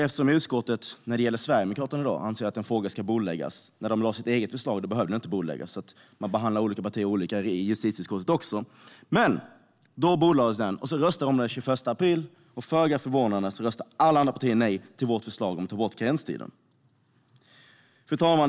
Eftersom utskottet anser att Sverigedemokraternas förslag till skillnad från andra partiers förslag ska bordläggas - man behandlar alltså olika partier olika i justitieutskottet också - röstade vi först den 21 april. Föga förvånande röstade alla andra partier nej till vårt förslag om att ta bort karenstiden. Fru talman!